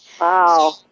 Wow